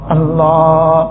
Allah